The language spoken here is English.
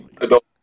adult